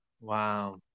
Wow